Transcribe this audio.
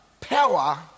power